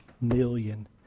million